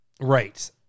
right